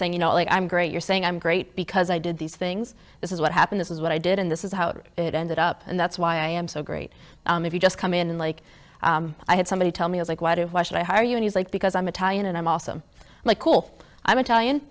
saying you know like i'm great you're saying i'm great because i did these things this is what happened this is what i did and this is how it ended up and that's why i am so great if you just come in like i had somebody tell me like why do why should i hire you and he's like because i'm italian and i'm also like cool i